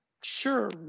Sure